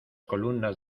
columnas